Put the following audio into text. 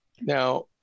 Now